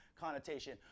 connotation